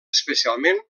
especialment